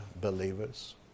believers